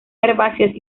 herbáceas